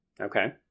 okay